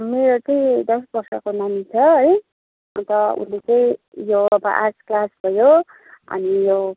मेरो चाहिँ दस वर्षको नानी छ है अन्त उसले चाहिँ यो अब आर्ट क्लास भयो अनि यो